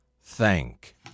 Thank